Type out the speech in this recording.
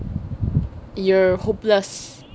you're hopeless